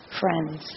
friends